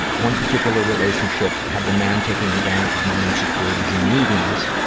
one particular relationship had the man taking advantage of my insecurities and neediness,